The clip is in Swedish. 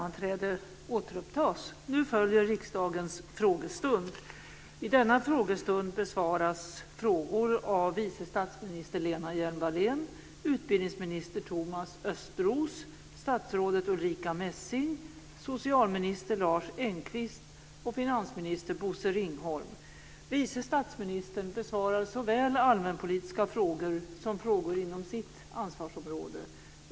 Nu följer riksdagens frågestund. I denna frågestund besvaras frågor av vice statsminister Lena Hjelm-Wallén, utbildningsminister Thomas Östros, statsrådet Ulrica Messing, socialminister Lars Engqvist och finansminister Bosse Ringholm. Vice statsministern besvarar såväl allmänpolitiska frågor som frågor inom sitt ansvarsområde.